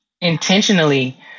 intentionally